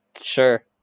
sure